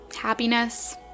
happiness